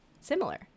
similar